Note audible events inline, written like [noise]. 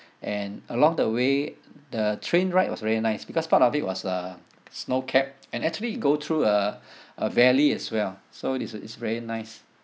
and along the way the train ride was very nice because part of it was uh snow capped and actually it go through a [breath] a valley as well so it is uh it's very nice